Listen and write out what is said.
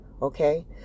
Okay